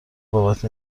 بابت